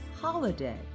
holiday